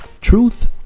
Truth